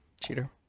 cheater